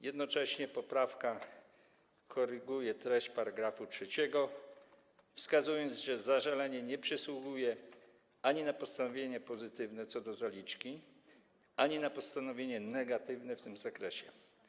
Jednocześnie poprawka koryguje treść § 3, wskazując, że zażalenie nie przysługuje ani na postanowienie pozytywne co do zaliczki, ani na postanowienie negatywne w tym zakresie.